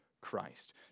Christ